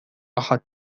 أحد